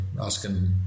asking